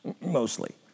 mostly